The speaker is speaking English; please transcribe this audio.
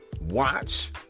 watch